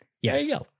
yes